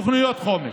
בתוכניות חומש.